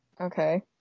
Okay